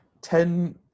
Ten